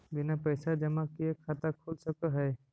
बिना पैसा जमा किए खाता खुल सक है?